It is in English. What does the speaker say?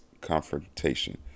confrontation